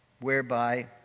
whereby